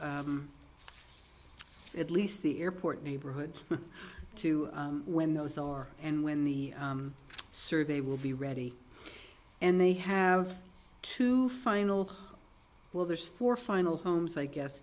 them at least the airport neighborhood to when those are and when the survey will be ready and they have to final well there's four final homes i guess